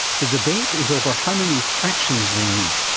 the debate is over how many fractions they need,